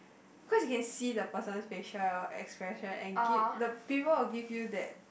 cause you can see the person's facial expression and give the people will give you that